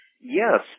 Yes